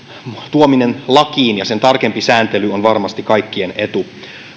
tuominen lakiin ja sen tarkempi sääntely ovat varmasti kaikkien etu